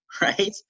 Right